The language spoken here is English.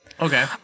Okay